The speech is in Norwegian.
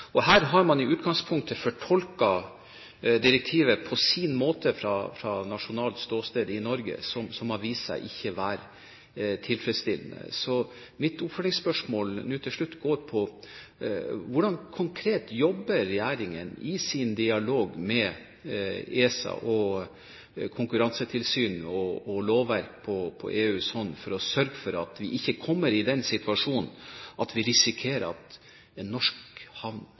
Her har man i utgangspunktet fortolket direktivet på sin måte fra nasjonalt ståsted i Norge, noe som har vist seg ikke å være tilfredsstillende. Mitt oppfølgingsspørsmål nå til slutt er: Hvordan jobber regjeringen konkret i sin dialog med ESA og Konkurransetilsynet og lovverk på EUs hånd for å sørge for at vi ikke kommer i den situasjonen at vi risikerer at en norsk havn